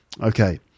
Okay